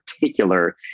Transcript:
particular